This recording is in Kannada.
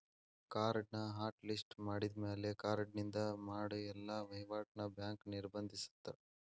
ಕಾರ್ಡ್ನ ಹಾಟ್ ಲಿಸ್ಟ್ ಮಾಡಿದ್ಮ್ಯಾಲೆ ಕಾರ್ಡಿನಿಂದ ಮಾಡ ಎಲ್ಲಾ ವಹಿವಾಟ್ನ ಬ್ಯಾಂಕ್ ನಿರ್ಬಂಧಿಸತ್ತ